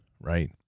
right